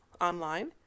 online